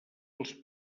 els